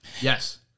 Yes